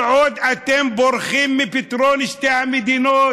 כל עוד אתם בורחים מפתרון שתי המדינות,